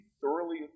thoroughly